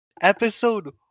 Episode